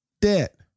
debt